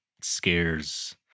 scares